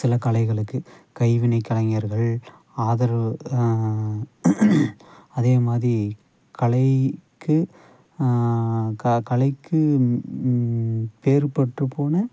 சில கலைகளுக்கு கைவினைக் கலைஞர்கள் ஆதரவு அதே மாதிரி கலைக்கு க கலைக்கு பேர்பட்டுப் போன